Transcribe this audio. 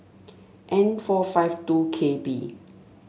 N four five two K B